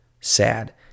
sad